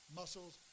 muscles